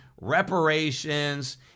reparations